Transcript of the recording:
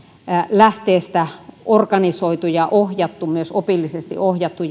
lähteestä organisoitu ja myös opillisesti ohjattu